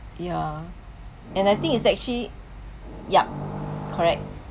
ya and I think is actually yup correct